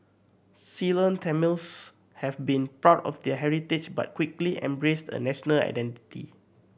Ceylon Tamils had been proud of their heritage but quickly embraced a national identity